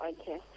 Okay